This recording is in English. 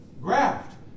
graft